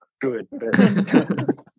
good